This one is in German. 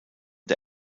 der